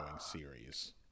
series